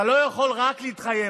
אתה לא יכול רק להתחייב.